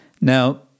Now